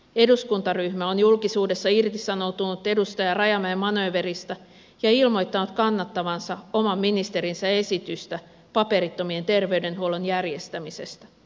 eduskuntaryhmä on julkisuudessa irtisanoutunut edustaja rajamäen ma nööveristä ja ilmoittanut kannattavansa oman ministerinsä esitystä paperittomien terveydenhuollon järjestämisestä